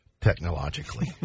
technologically